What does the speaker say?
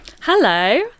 Hello